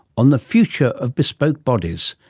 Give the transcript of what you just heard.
on the future of bespoke bodies.